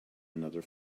another